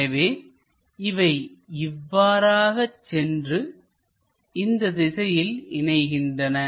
எனவே இவை இவ்வாறாகச் சென்று இந்த திசையில் இணைகின்றன